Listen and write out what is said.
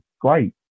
great